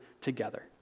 together